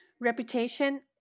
reputation